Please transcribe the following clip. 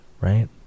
right